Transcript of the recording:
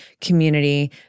community